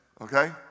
okay